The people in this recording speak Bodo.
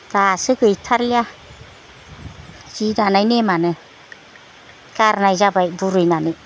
दासो गैथारलिया जि दानाय नेमआनो गारनाय जाबाय बुरैनानै